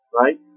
Right